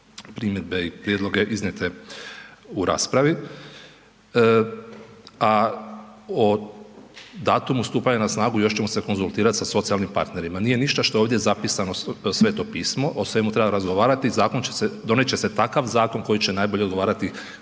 primjedbe i prijedloge iznijete u raspravi, a o datumu stupanja na snagu još ćemo se konzultirati sa socijalnim partnerima. Nije ništa što je ovdje zapisano Sveto pismo, o svemu treba razgovarati i donijet će se takav zakon koji će najbolje odgovarati